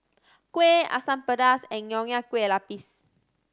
kuih Asam Pedas and Nonya Kueh Lapis